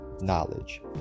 knowledge